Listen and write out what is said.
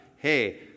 Hey